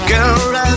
Girl